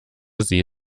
sie